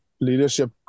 leadership